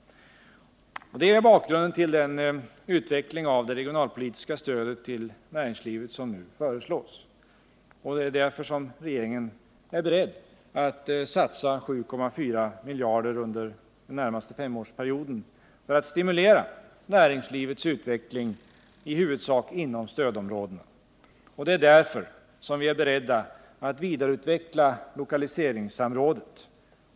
Det är bakgrunden till den utveckling av det regionalpolitiska stödet till näringslivet som nu föreslås. Det är därför som regeringen är beredd att satsa 7,4 miljarder under den närmaste femårsperioden för att stimulera närings livets utveckling i huvudsak inom stödområdena. Det är därför som vi är beredda att vidareutveckla lokaliseringssamrådet.